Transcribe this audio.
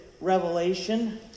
Revelation